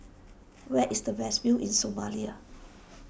where is the best view in Somalia